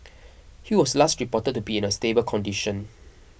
he was last reported to be in a stable condition